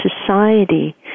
society